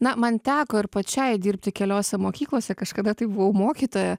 na man teko ir pačiai dirbti keliose mokyklose kažkada tai buvau mokytoja